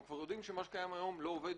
אנחנו כבר יודעים שמה שקיים היום לא עובד.